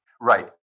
Right